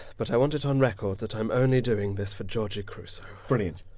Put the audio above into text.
but i want it on record that i'm only doing this for georgie crusoe. brilliant!